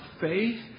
faith